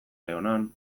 leonan